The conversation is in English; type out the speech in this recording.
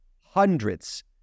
Hundreds